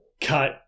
cut